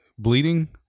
Bleeding